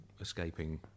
escaping